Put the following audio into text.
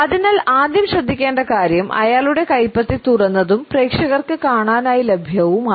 അതിനാൽ ആദ്യം ശ്രദ്ധിക്കേണ്ട കാര്യം അയാളുടെ കൈപ്പത്തി തുറന്നതും പ്രേക്ഷകർക്ക് കാണാനായി ലഭ്യവുമാണ്